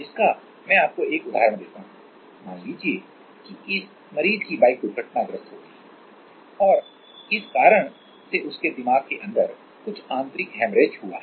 जिसका मैं आपको एक उदाहरण देता हूं मान लीजिए कि इस मरीज की बाइक दुर्घटनाग्रस्त हो गई और इस इस कारण से उसके दिमाग के अंदर कुछ आंतरिक हैमरेज हुआ है